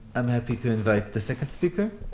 i'm happy to invite the second speaker,